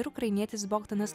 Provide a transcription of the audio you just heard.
ir ukrainietis bogdanas